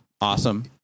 awesome